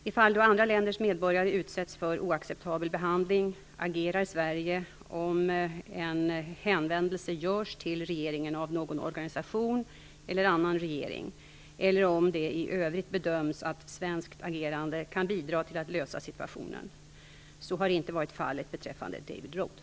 I fall då andra länders medborgare utsätts för oacceptabel behandling agerar Sverige om en hänvändelse görs till regeringen av någon organisation eller annan regering, eller om det i övrigt bedöms att svenskt agerande kan bidra till att lösa situationen. Så har inte varit fallet beträffande David Rohde.